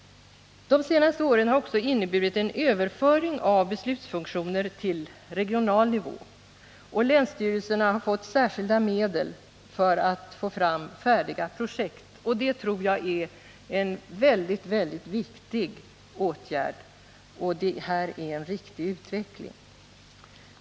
De senaste åren har också inneburit en överföring av beslutsfunktioner till regional nivå. Länsstyrelserna har fått särskilda medel för att få fram färdiga projekt. Det tror jag är en oerhört viktig åtgärd, och det är en riktig utveckling.